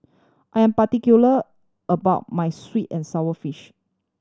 I'm particular about my sweet and sour fish